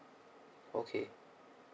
okay